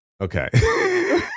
Okay